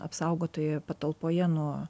apsaugotoje patalpoje nuo